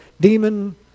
demon